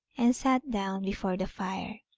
and sat down before the fire.